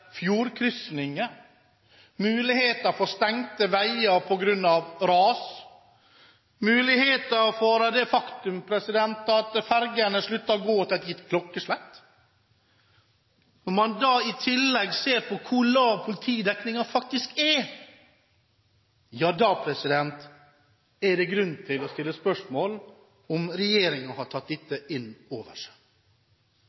muligheter for stengte veier på grunn av ras, muligheter for det faktum at ferjene slutter å gå til et gitt klokkeslett – og i tillegg ser på hvor lav politidekningen faktisk er, er det grunn til å stille spørsmål om hvorvidt regjeringen har tatt dette